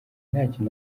ntacyo